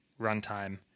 runtime